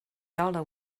dollar